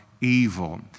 evil